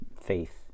faith